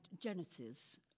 Genesis